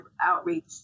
outreach